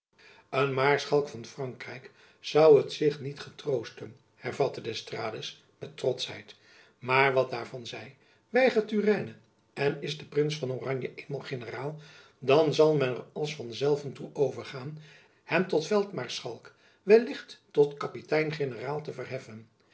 een maarschalk van frankrijk zoû het zich niet getroosten hervatte d'estrades met trotschheid maar wat daarvan zij weigert turenne en is de prins van oranje eenmaal generaal dan zal men er als van zelven toe overgaan hem tot veldmaarschalk wellicht tot kapitein generaal te verheffen